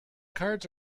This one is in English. cards